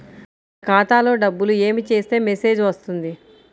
మన ఖాతాలో డబ్బులు ఏమి చేస్తే మెసేజ్ వస్తుంది?